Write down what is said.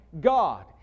God